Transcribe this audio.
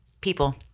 People